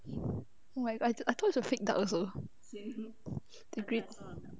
oh my I I thought is a fake duck also agree